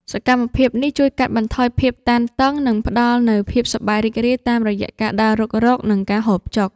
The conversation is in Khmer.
សកម្មភាពនេះជួយកាត់បន្ថយភាពតានតឹង និងផ្ដល់នូវភាពសប្បាយរីករាយតាមរយៈការដើររុករក និងការហូបចុក។